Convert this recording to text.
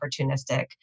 opportunistic